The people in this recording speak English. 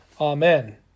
Amen